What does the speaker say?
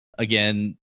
Again